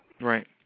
Right